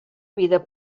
vida